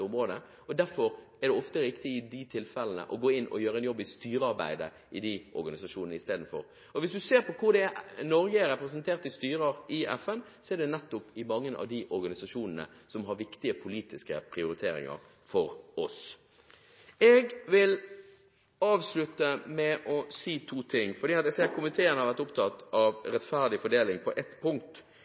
og derfor er det ofte riktig i de tilfellene å gjøre en jobb i styrearbeidet i de organisasjonene i stedet. Hvis du ser på hvor Norge er representert i styrer i FN, er det nettopp i mange av de organisasjonene som har politiske prioriteringer som er viktige for oss. Jeg vil avslutte med å si to ting. Komiteen har vært opptatt av rettferdig fordeling på ett punkt: